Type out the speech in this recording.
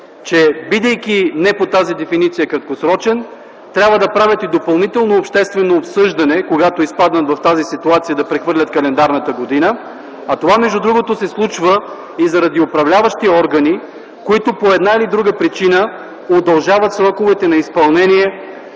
че бидейки не по тази дефиниция краткосрочен, трябва да правят и допълнително обществено обсъждане, когато изпаднат в тази ситуация да прехвърлят календарната година, това между другото се случва и заради управляващи органи, които по една или друга причина удължават сроковете на изпълнение